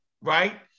right